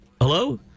hello